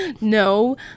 no